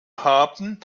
haben